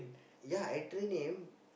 ya I train him